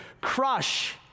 crush